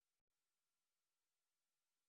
דיברנו על זה אתמול ארוכות.